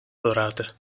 dorate